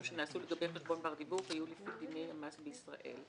שנעשו לגבי חשבון בר דיווח יהיו לפי דיני המס בישראל.